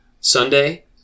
Sunday